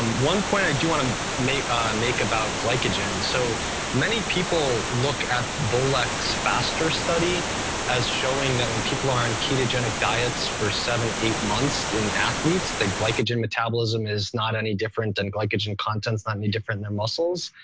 um one point i do want to make ah make about glycogen, so many people look at like so faster study as showing that when people are on ketogenic diets for seven, eight months in athletes, glycogen metabolism is not any different than glycogen contents, not any different than muscles.